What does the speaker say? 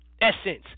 essence